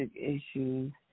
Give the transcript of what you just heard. issues